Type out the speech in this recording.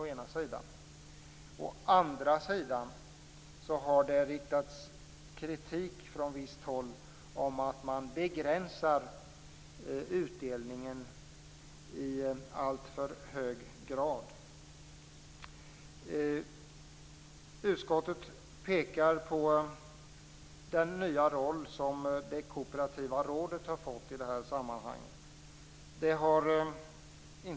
Å andra sidan har det riktats kritik från visst håll mot att utdelningen i alltför hög grad begränsas. Utskottet pekar på den nya roll som det kooperativa rådet i det här sammanhanget har fått.